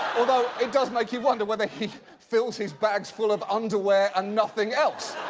although, it does makes you wonder whether he fills his bags full of underwear and nothing else.